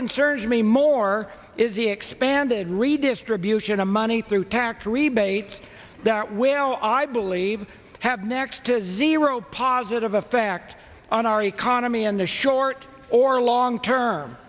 concerns to me more is the expanded redistribution of money through tax rebate that well i believe have next to zero positive effect on our economy in the short or long term